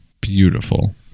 Beautiful